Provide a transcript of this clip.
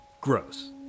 Gross